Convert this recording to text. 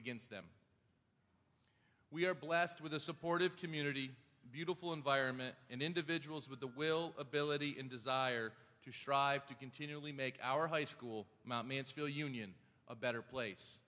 against them we are blessed with a supportive community beautiful environment and individuals with the will ability and desire to strive to continually make our high school union a better place